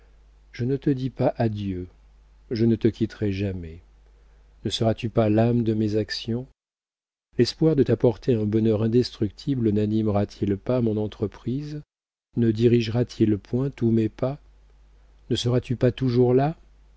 je ne te dis pas adieu je ne te quitterai jamais ne seras-tu pas l'âme de mes actions l'espoir de t'apporter un bonheur indestructible nanimera t il pas mon entreprise ne dirigera t il point tous mes pas ne seras-tu pas toujours là